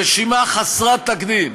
רשימה חסרת תקדים,